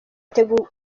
atega